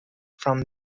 from